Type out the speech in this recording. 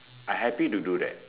I happy to do that